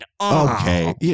Okay